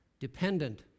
Dependent